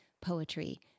poetry